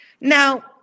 Now